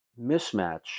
mismatch